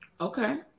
okay